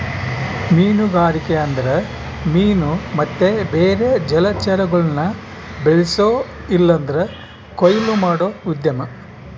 ಮೀನುಗಾರಿಕೆ ಅಂದ್ರ ಮೀನು ಮತ್ತೆ ಬೇರೆ ಜಲಚರಗುಳ್ನ ಬೆಳ್ಸೋ ಇಲ್ಲಂದ್ರ ಕೊಯ್ಲು ಮಾಡೋ ಉದ್ಯಮ